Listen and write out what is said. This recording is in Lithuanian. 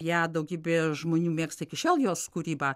ją daugybė žmonių mėgsta iki šiol jos kūrybą